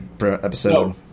episode